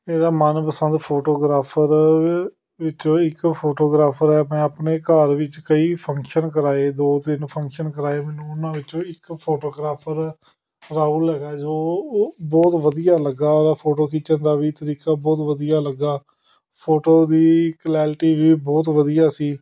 ਮੇਰਾ ਮਨਪਸੰਦ ਫੋਟੋਗ੍ਰਾਫਰ ਵਿੱਚੋਂ ਇੱਕ ਫੋਟੋਗ੍ਰਾਫਰ ਹੈ ਮੈਂ ਆਪਣੇ ਘਰ ਵਿੱਚ ਕਈ ਫੰਕਸ਼ਨ ਕਰਵਾਏ ਦੋ ਤਿੰਨ ਫੰਕਸ਼ਨ ਕਰਵਾਏ ਮੈਨੂੰ ਉਹਨਾਂ ਵਿੱਚੋਂ ਇੱਕ ਫੋਟੋਗ੍ਰਾਫਰ ਰਾਹੁਲ ਹੈਗਾ ਜੋ ਉਹ ਬਹੁਤ ਵਧੀਆ ਲੱਗਾ ਉਹਦਾ ਫੋਟੋ ਖਿੱਚਣ ਦਾ ਵੀ ਤਰੀਕਾ ਬਹੁਤ ਵਧੀਆ ਲੱਗਾ ਫੋਟੋ ਦੀ ਕਲੈਰਟੀ ਵੀ ਬਹੁਤ ਵਧੀਆ ਸੀ